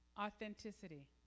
authenticity